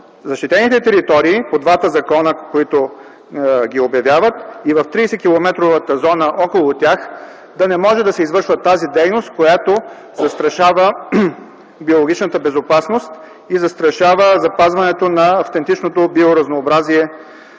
защитените територии по двата закона, които ги обявяват, и в 30-километровата зона около тях да не може да се извършва тази дейност, която застрашава биологичната безопасност и застрашава запазването на автентичното биоразнообразие